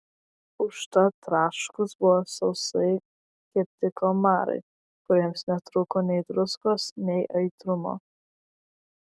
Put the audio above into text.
užtat traškūs buvo sausai kepti kalmarai kuriems netrūko nei druskos nei aitrumo